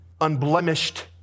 unblemished